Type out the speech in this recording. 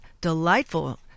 delightful